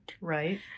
Right